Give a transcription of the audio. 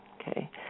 Okay